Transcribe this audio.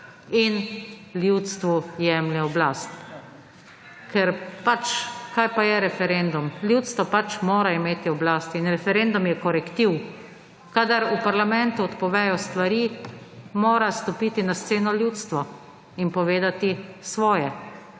in ljudstvu jemlje oblast. Kaj pa je referendum? Ljudstvo pač mora imeti oblast in referendum je korektiv. Kadar v parlamentu odpovejo stvari, mora stopiti na sceno ljudstvo in povedati svoje.